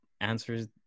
answers